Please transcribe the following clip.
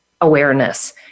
awareness